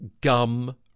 gum